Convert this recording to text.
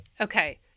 Okay